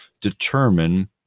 determine